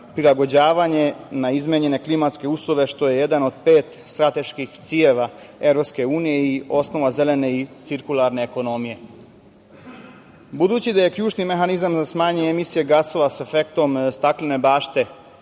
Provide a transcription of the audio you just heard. prilagođavanje na izmenjene klimatske uslove, što je jedan od pet strateških ciljeva EU i osnovna zelene i cirkularne ekonomije. Budući da je ključni mehanizam za smanjenje emisije gasova sa efektom staklene bašte